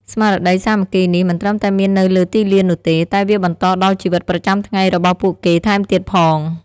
ស្មារតីសាមគ្គីនេះមិនត្រឹមតែមាននៅលើទីលាននោះទេ តែវាបន្តដល់ជីវិតប្រចាំថ្ងៃរបស់ពួកគេថែមទៀតផង។